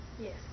yes